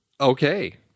Okay